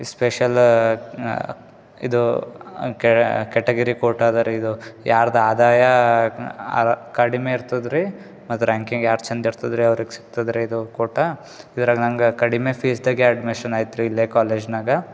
special ಇದು ಕೆಟ category ಪೋರ್ಟ್ ಅದಾ ರೀ ಇದು ಯಾರ್ದು ಆದಾಯ ಕಡಿಮೆ ಇರ್ತದೆ ರೀ ಮತ್ತು ರ್ಯಾಂಕಿಂಗ್ ಯಾರ್ದು ಚಂದ ಇರ್ತದೆ ರೀ ಅವ್ರಿಗೆ ಸಿಕ್ತದೆ ರೀ ಇದು ಕೋಟ ಇದ್ರಾಗೆ ನಂಗೆ ಕಡಿಮೆ ಫೀಸ್ದ್ಯಾಗೆ ಅಡ್ಮಿಷನ್ ಆಯ್ತು ರೀ ಇಲ್ಲೇ ಕಾಲೇಜ್ನಾಗ